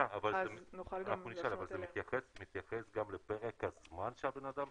אז נוכל גם להפנות אליו שאלות.